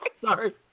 Sorry